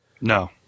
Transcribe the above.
No